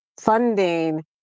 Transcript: funding